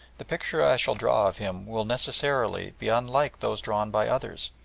the picture i shall draw of him will necessarily be unlike those drawn by others,